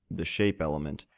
the shape element,